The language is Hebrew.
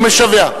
הוא משווע.